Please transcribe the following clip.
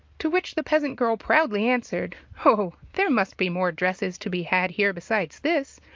to which the peasant girl proudly answered oh, there must be more dresses to be had here besides this.